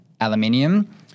aluminium